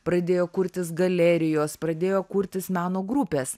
pradėjo kurtis galerijos pradėjo kurtis meno grupės